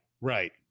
Right